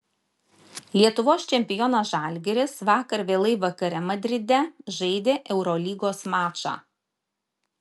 lietuvos čempionas žalgiris vakar vėlai vakare madride žaidė eurolygos mačą